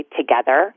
together